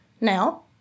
Now